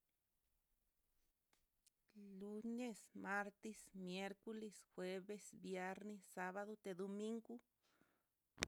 Lunes, martes, miercoles, jueves, viernes, sabado, tilomingo.